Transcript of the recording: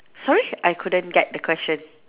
sorry I couldn't get the question